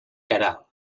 queralt